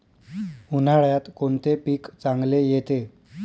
उन्हाळ्यात कोणते पीक चांगले येते?